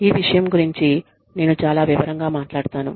ఈ విషయం గురించి నేను చాలా వివరంగా మాట్లాడుతాను